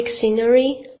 scenery